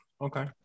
Okay